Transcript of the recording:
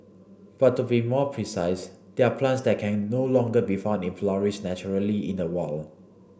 but to be more precise they're plants that can no longer be found in flourish naturally in the wild